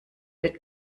wird